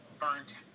burnt